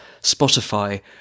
Spotify